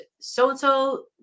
so-and-so